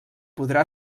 podrà